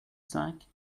cinq